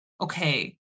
okay